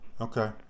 Okay